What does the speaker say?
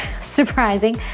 Surprising